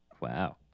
Wow